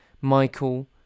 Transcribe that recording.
Michael